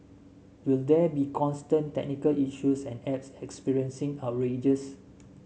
will there be constant technical issues and apps experiencing outrages